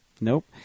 Nope